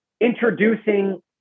introducing